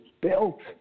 built